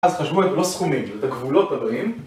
אז חשבו את לא סכומיתיות, את הגבולות הבאים